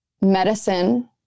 medicine